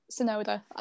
Sonoda